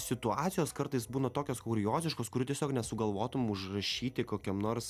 situacijos kartais būna tokios kurioziškos kurių tiesiog nesugalvotum užrašyti kokiam nors